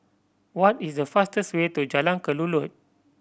what is the fastest way to Jalan Kelulut